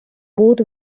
both